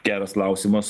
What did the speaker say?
geras klausimas